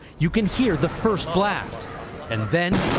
you can hear the first blast and then